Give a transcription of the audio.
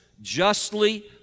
justly